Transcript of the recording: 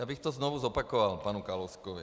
Já bych to znovu zopakoval panu Kalouskovi.